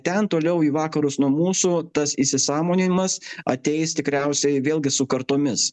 ten toliau į vakarus nuo mūsų tas įsisąmoninimas ateis tikriausiai vėlgi su kartomis